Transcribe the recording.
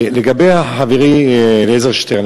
חברי אלעזר שטרן,